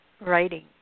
writing